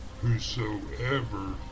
whosoever